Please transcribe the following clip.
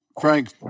Frank